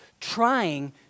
trying